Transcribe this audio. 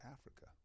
Africa